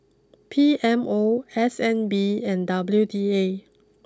P M O S N B and W D A